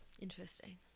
Interesting